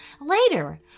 Later